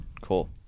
Cool